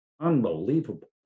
Unbelievable